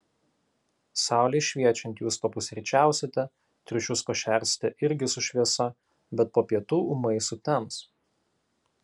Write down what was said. saulei šviečiant jūs papusryčiausite triušius pašersite irgi su šviesa bet po pietų ūmai sutems